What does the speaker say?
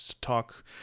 talk